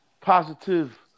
positive